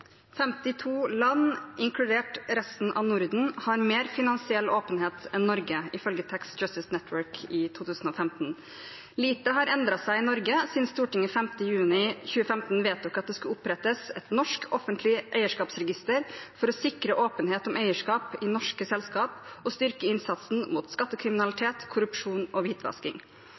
land, inkludert resten av Norden, har mer finansiell åpenhet enn Norge, ifølge Tax Justice Network i 2015. Lite har endret seg i Norge siden Stortinget 5. juni 2015 vedtok at det skulle opprettes «et norsk offentlig eierskapsregister for å sikre åpenhet om eierskap i norske selskap og styrke innsatsen mot skattekriminalitet, korrupsjon og